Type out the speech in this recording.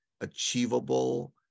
achievable